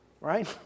Right